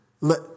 let